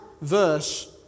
verse